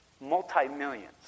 multi-millions